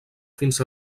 fins